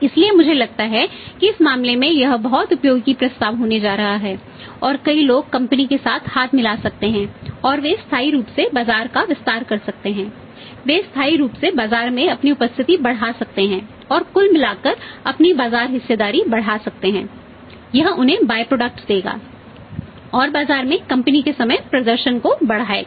इसलिए मुझे लगता है कि इस मामले में यह बहुत उपयोगी प्रस्ताव होने जा रहा है और कई लोग कंपनी के समग्र प्रदर्शन को बढ़ाएगा